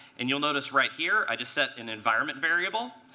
and you'll notice right here, i just set an environment variable,